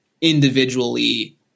individually